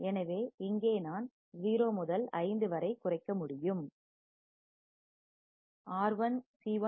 எனவே இங்கே நான் 0 முதல் 5 வரை குறைக்க முடியும் R1C1